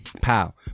pow